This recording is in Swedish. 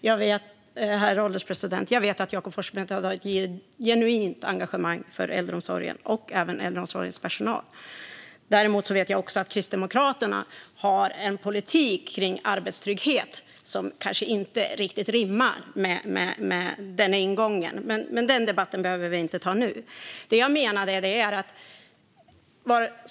Herr ålderspresident! Jag vet att Jakob Forssmed har ett genuint engagemang för äldreomsorgen och även för äldreomsorgens personal. Jag vet också att Kristdemokraterna har en politik kring arbetstrygghet som kanske inte riktigt rimmar med den ingången, men den debatten behöver vi inte ta nu.